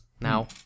now